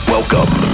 Welcome